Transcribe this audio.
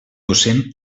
docent